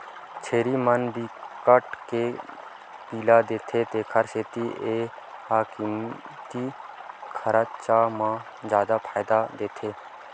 छेरी मन बिकट के पिला देथे तेखर सेती ए ह कमती खरचा म जादा फायदा देथे